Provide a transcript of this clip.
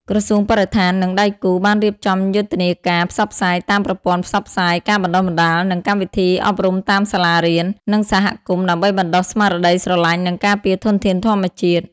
ក្រសួងបរិស្ថាន និងដៃគូ បានរៀបចំយុទ្ធនាការផ្សព្វផ្សាយតាមប្រព័ន្ធផ្សព្វផ្សាយ ការបណ្តុះបណ្តាល និងកម្មវិធីអប់រំតាមសាលារៀន និងសហគមន៍ ដើម្បីបណ្តុះស្មារតីស្រឡាញ់ និងការពារធនធានធម្មជាតិ។